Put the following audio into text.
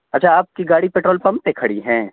اچھا آپ کی گاڑی پٹرول پمپ پہ کھڑی ہیں